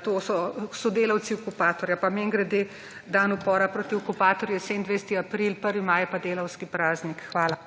to so sodelavci okupatorja. Mimogrede Dan upora proti okupatorju je 27. april, 1. maj je pa delavski praznik. Hvala.